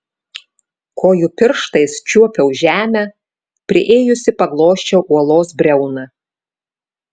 kojų pirštais čiuopiau žemę priėjusi paglosčiau uolos briauną